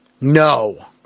No